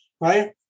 right